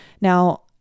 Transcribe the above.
Now